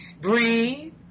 breathe